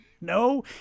No